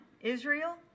Israel